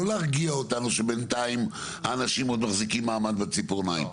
לא להרגיע אותנו שבינתיים האנשים עוד מחזיקים מעמד בציפורניים.